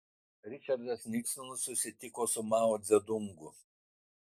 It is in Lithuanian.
ričardas niksonas susitiko su mao dzedungu